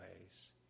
ways